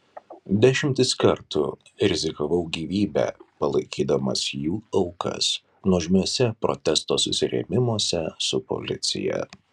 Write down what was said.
dešimtis kartų rizikavau gyvybe palaikydamas jų aukas nuožmiuose protesto susirėmimuose su policija